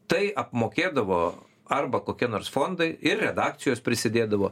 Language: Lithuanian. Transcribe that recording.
tai apmokėdavo arba kokie nors fondai ir redakcijos prisidėdavo